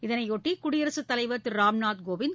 இதனையொட்டி குடியரசுத் தலைவர் திரு ராம்நாத் கோவிந்த்